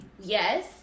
Yes